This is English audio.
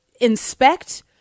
inspect